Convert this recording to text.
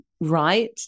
right